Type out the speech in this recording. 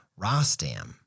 rostam